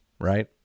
right